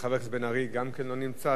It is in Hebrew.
חבר הכנסת בן-ארי, גם כן לא נמצא.